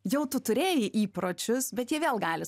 jau tu turėjai įpročius bet jie vėl gali